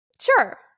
Sure